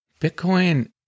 Bitcoin